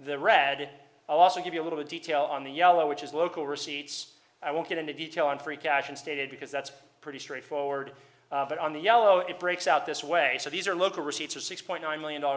the read also give you a little detail on the yellow which is local receipts i won't get into detail on free cash and stated because that's pretty straightforward but on the yellow it breaks out this way so these are local receipts are six point nine million dollars